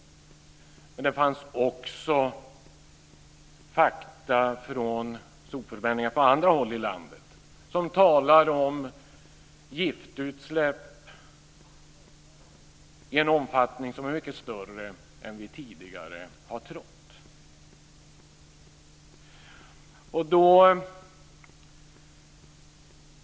Men det fanns också fakta från sopförbränningar på andra håll i landet som talade om giftutsläpp i en omfattning som är mycket större än vi tidigare har trott.